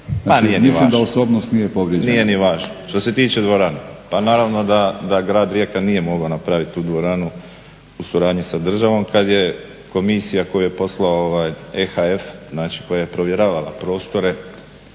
Ma nije ni važno.